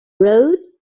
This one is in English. rode